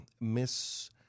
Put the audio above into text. miss